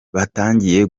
batangiye